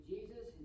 Jesus